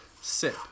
sip